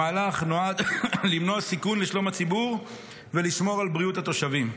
המהלך נועד למנוע סיכון לשלום הציבור ולשמור על בריאות התושבים.